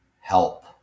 help